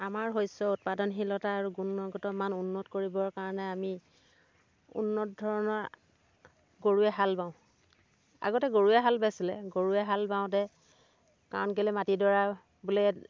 আমাৰ শস্য় উৎপাদনশীলতা আৰু গুণগত মান উন্নত কৰিবৰ কাৰণে আমি উন্নত ধৰণৰ গৰুৰে হাল বাওঁ আগতে গৰুৰে হাল বাইছিলে গৰুৰে হাল বাওঁতে কাৰণ কেলে মাটিডৰা বোলে